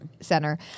Center